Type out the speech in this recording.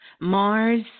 Mars